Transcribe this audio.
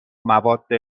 مواد